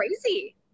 crazy